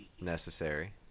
necessary